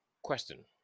Question